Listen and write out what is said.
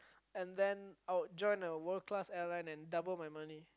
and then I would join a world class airline and double my money